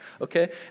okay